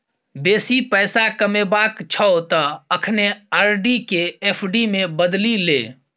बेसी पैसा कमेबाक छौ त अखने आर.डी केँ एफ.डी मे बदलि ले